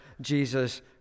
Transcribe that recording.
Jesus